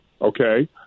okay